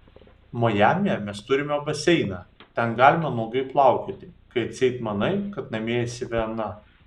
majamyje mes turime baseiną ten galima nuogai plaukioti kai atseit manai kad namie esi viena